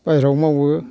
बाहेरायाव मावो